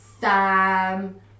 sam